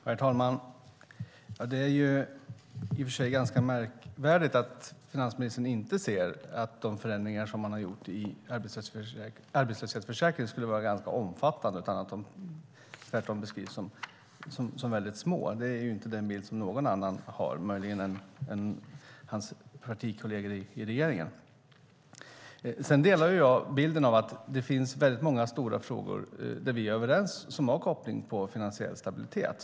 Herr talman! Det är i och för sig märkligt att finansministern inte ser att de förändringar som man har gjort i arbetslöshetsförsäkringen är omfattande utan beskriver dem som väldigt små. Det är inte en bild som någon annan har, utom möjligen hans partikolleger i regeringen. Jag delar bilden att det finns många stora frågor där vi är överens som har koppling till finansiell stabilitet.